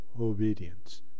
obedience